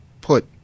put